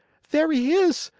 there he is!